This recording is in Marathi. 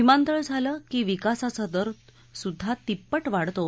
विमानतळ झालं की विकासाचा दर सुद्धा तिप्पट वाढतो